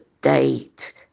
date